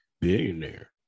billionaire